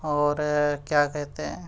اور کیا کہتے ہیں